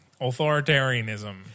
authoritarianism